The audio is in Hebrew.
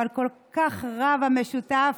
אבל כל כך רב המשותף.